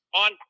on